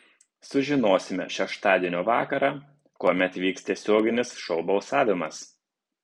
sužinosime šeštadienio vakarą kuomet vyks tiesioginis šou balsavimas